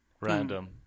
Random